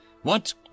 What